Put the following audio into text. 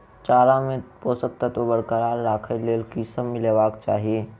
चारा मे पोसक तत्व बरकरार राखै लेल की सब मिलेबाक चाहि?